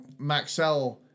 Maxell